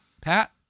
Pat